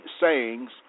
sayings